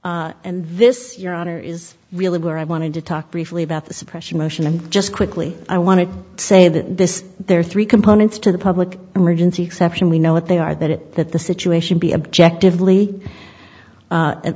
had and this your honor is really where i want to talk briefly about the suppression motion and just quickly i want to say that this there are three components to the public emergency exception we know that they are that it that the situation be objective lee a